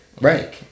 Right